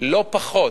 לא פחות,